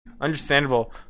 Understandable